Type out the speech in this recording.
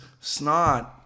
snot